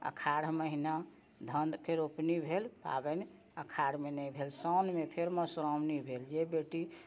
अखाड़ महिना धानके रोपनी भेल पाबनि अखाड़मे नहि भेल साउनमे फेर मौधश्रावणी भेल जे बेटी